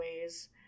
ways